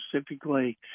specifically